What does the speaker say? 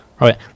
right